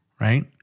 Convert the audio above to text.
Right